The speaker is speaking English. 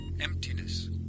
Emptiness